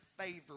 favor